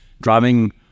Driving